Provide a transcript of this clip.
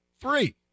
three